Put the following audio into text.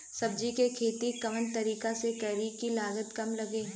सब्जी के खेती कवना तरीका से करी की लागत काम लगे?